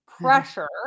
pressure